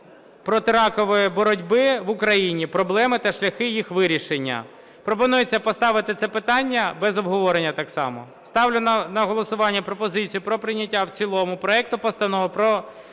протиракової боротьби в Україні. Проблеми та шляхи їх вирішення". Пропонується поставити це питання без обговорення так само. Ставлю на голосування пропозицію про прийняття в цілому проект Постанови про